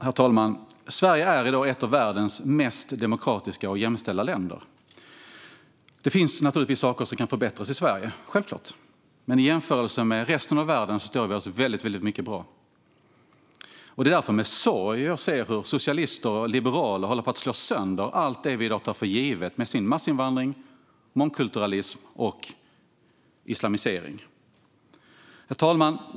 Herr talman! Sverige är i dag ett av världens mest demokratiska och jämställda länder. Det finns naturligtvis saker som kan förbättras i Sverige. Men i jämförelse med resten av världen har vi väldigt mycket som är bra. Det är därför med sorg jag ser hur socialister och liberaler håller på att slå sönder allt det vi i dag tar för givet med sin massinvandring, mångkulturalism och islamisering. Herr talman!